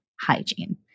hygiene